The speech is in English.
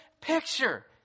picture